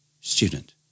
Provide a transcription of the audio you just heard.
Student